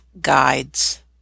guides